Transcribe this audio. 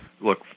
Look